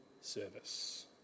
service